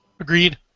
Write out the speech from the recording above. Agreed